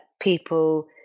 people